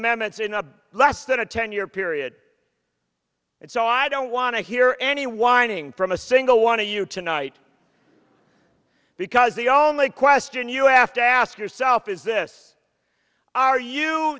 amendments in a less than a ten year period and so i don't want to hear any whining from a single want to you tonight because the only question you have to ask yourself is this are you